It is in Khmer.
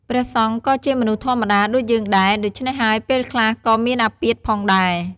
ព្រះសង្ឃក៏ជាមនុស្សធម្មតាដូចយើងដែរ ដូច្នេះហើយពេលខ្លះក៏មានអាពាធ ផងដែរ។